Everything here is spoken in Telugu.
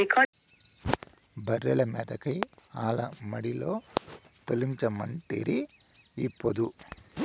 బర్రెల మేతకై ఆల మడిలో తోలించమంటిరి ఈ పొద్దు